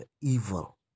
evil